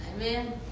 Amen